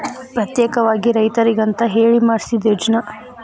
ಪ್ರತ್ಯೇಕವಾಗಿ ರೈತರಿಗಂತ ಹೇಳಿ ಮಾಡ್ಸಿದ ಯೋಜ್ನಾ